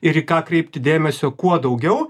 ir į ką kreipti dėmesio kuo daugiau